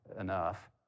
enough